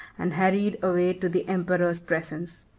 and hurried away to the emperor's presence.